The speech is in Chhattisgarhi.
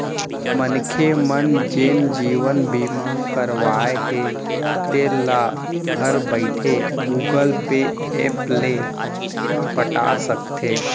मनखे मन जेन जीवन बीमा करवाए हें तेल ल घर बइठे गुगल पे ऐप ले पटा सकथे